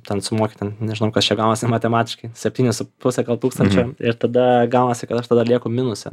ten sumoki ten nežinau kas čia gaunasi matematiškai septyni su puse tūkstančio ir tada gaunasi kad aš tada lieku minuse